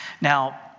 Now